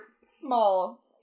small